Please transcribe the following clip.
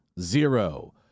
zero